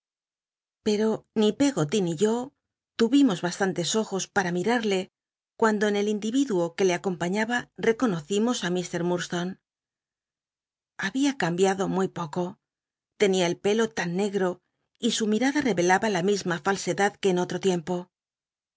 pero ni pcggoly ni yo tuvimos bastantes ojos para milal'le cuando en el indi iduo que le acompañaba econocimos á il r llurdstone había cambiado muy poco tenia el pelo tan negro y su miráda rerelaba la misma falsedad que en otro tiempo